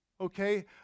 okay